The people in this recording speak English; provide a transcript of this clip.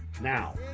Now